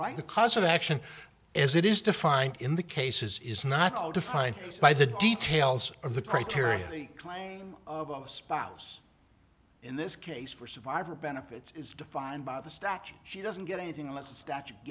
right the cause of action as it is defined in the cases is not all defined by the details of the criteria the claim of a spouse in this case for survivor benefits is defined by the statute she doesn't get anything unless the statute